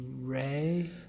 Ray